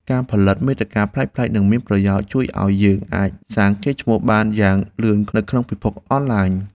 ការផលិតមាតិកាប្លែកៗនិងមានប្រយោជន៍ជួយឱ្យយើងអាចសាងកេរ្តិ៍ឈ្មោះបានយ៉ាងលឿននៅក្នុងពិភពអនឡាញ។